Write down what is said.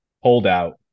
holdout